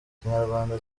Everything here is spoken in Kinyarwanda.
ikinyarwanda